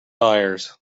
buyers